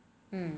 hmm